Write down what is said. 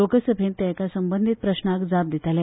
लोकसभेंत ते एका संबंदीत प्रस्नाक जाप दिताले